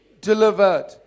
delivered